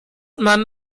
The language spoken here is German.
man